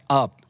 up